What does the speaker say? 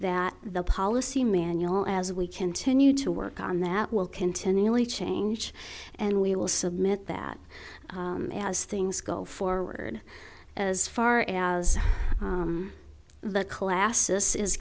that the policy manual at as we continue to work on that will continually change and we will submit that as things go forward as far as the collapses is